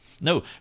No